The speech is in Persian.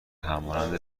همانند